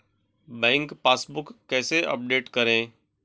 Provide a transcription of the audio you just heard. Bank passbook कैसे update करें?